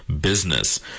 business